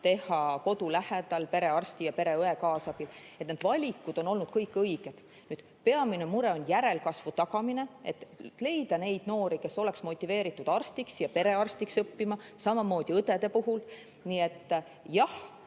teha kodu lähedal perearsti ja pereõe kaasabil, on olnud kõik õiged. Peamine mure on järelkasvu tagamine, et leida neid noori, kes oleksid motiveeritud arstiks ja perearstiks õppima, samamoodi õdede puhul. Nii et jah,